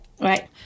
Right